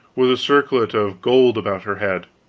with a circlet of gold about her head.